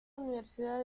universidad